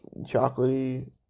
chocolatey